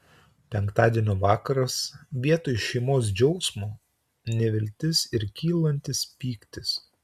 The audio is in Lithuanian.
penktadienio vakaras vietoj šeimos džiaugsmo neviltis ir kylantis pyktis